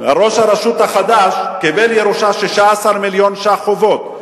ראש הרשות החדש קיבל ירושה 16 מיליון שקלים חובות.